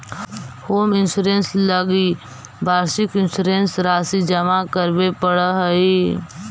home insurance लगी वार्षिक insurance राशि जमा करावे पड़ऽ हइ